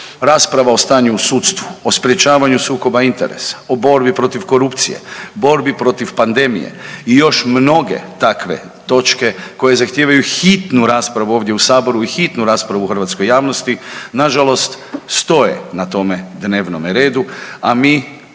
rasprava o stanju u sudstvu, o sprječavanju sukoba interesa, o borbi protiv korupcije, borbi protiv pandemije i još mnoge takve točke koje zahtijevaju hitnu raspravu ovdje u saboru i hitnu raspravu u hrvatskoj javnosti, nažalost stoje na tome dnevnome redu, a mi